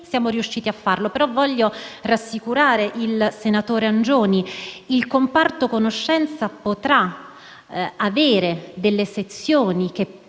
siamo riusciti a farlo. Voglio però rassicurare il senatore Angioni: il comparto conoscenza potrà avere delle sezioni che